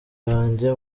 banjye